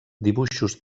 dibuixos